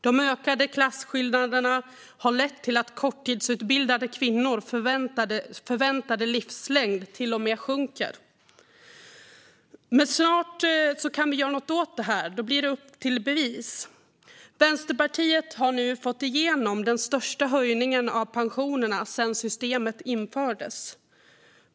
De ökade klasskillnaderna har lett till att korttidsutbildade kvinnors förväntade livslängd till och med sjunker. Men snart kan vi göra något åt detta; då blir det upp till bevis. Vänsterpartiet har nu fått igenom den största höjningen av pensionerna sedan systemet infördes.